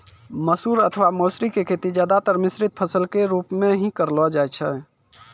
मसूर अथवा मौसरी के खेती ज्यादातर मिश्रित फसल के रूप मॅ हीं करलो जाय छै